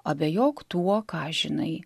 abejok tuo ką žinai